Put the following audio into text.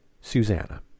Susanna